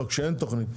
לא, כשאין תוכנית.